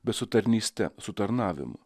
bet su tarnyste su tarnavimu